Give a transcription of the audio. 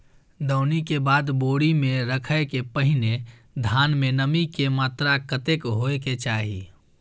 दौनी के बाद बोरी में रखय के पहिने धान में नमी के मात्रा कतेक होय के चाही?